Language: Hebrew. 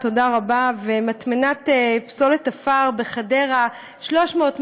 מוצע להאריך את תוקפן של תקנות שעת חירום (יהודה והשומרון,